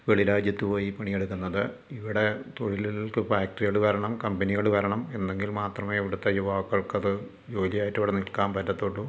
വെളി രാജ്യത്തു പോയി പണിയെടുക്കുന്നത് ഇവിടെ തൊഴിലുകൾക്ക് ഫാക്ടറികൾ വരണം കമ്പനികൾ വരണം എന്നെങ്കിൽ മാത്രമേ ഇവിടുത്തെ യുവാക്കൾക്ക് അതു ജോലിയായിട്ട് ഇവിടെ നിൽക്കാൻ പറ്റത്തുള്ളൂ